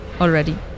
already